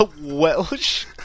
Welsh